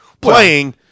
playing